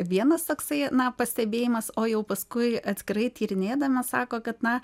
vienas toksai na pastebėjimas o jau paskui atskirai tyrinėdamas sako kad na